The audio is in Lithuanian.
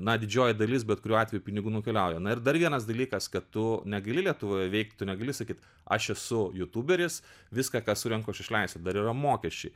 na didžioji dalis bet kuriuo atveju pinigų nukeliauja na ir dar vienas dalykas kad tu negali lietuvoje veikti negali sakyt aš esu jutuberis viską ką surenku aš išleisiu dar yra mokesčiai